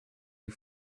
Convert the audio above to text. you